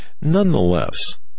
nonetheless